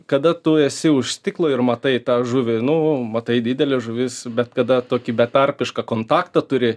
kada tu esi už stiklo ir matai tą žuvį nu matai didelė žuvis bet kada tokį betarpišką kontaktą turi